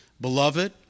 Beloved